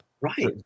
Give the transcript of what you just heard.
Right